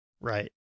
Right